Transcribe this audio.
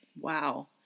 Wow